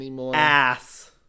ass